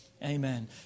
Amen